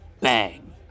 bang